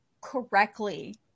correctly